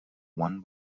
one